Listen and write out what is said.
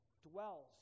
dwells